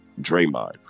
Draymond